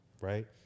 right